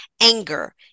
anger